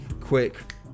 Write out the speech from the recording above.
quick